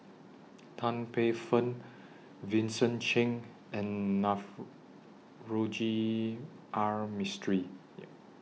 Tan Paey Fern Vincent Cheng and Navroji R Mistri